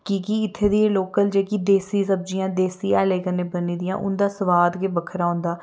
कि कि इत्थे दी लोकल जेह्की देसी सब्जियां देसी ऐह्ले कन्नै बनी दियां उं'दा सुआद गै बक्खरा होंदा